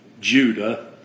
Judah